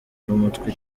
n’umutwe